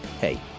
Hey